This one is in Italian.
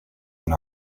una